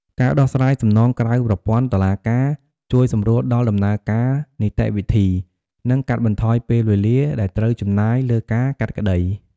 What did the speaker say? ការដោះស្រាយសំណងក្រៅប្រព័ន្ធតុលាការ ជួយសម្រួលដល់ដំណើរការនីតិវិធី និងកាត់បន្ថយពេលវេលាដែលត្រូវចំណាយលើការកាត់ក្តី។